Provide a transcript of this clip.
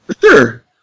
Sure